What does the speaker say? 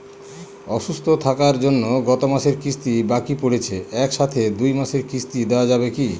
অসুস্থ থাকার জন্য গত মাসের কিস্তি বাকি পরেছে এক সাথে দুই মাসের কিস্তি দেওয়া যাবে কি?